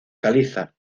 caliza